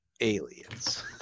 aliens